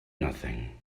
nothing